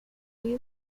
you